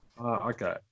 okay